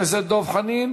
חנין,